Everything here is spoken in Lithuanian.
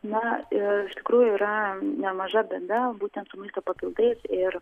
na iš tikrųjų yra nemaža bėda būtent su maisto papildai ir